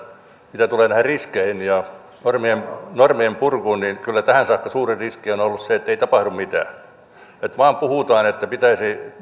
mitä tulee näihin riskeihin ja normien purkuun niin kyllä tähän saakka suurin riski on on ollut se että ei tapahdu mitään että vain puhutaan että pitäisi